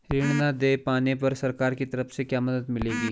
ऋण न दें पाने पर सरकार की तरफ से क्या मदद मिलेगी?